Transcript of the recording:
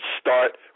start